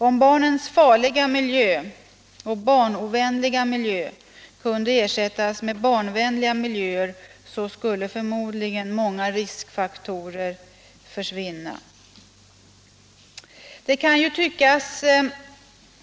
Om barnens ”farliga miljö” kunde ersättas med barnvänliga miljöer skulle förmodligen många riskfaktorer försvinna.